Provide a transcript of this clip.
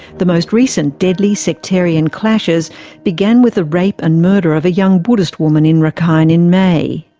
the most recent deadly sectarian clashes began with the rape and murder of a young buddhist woman in rakhine in may.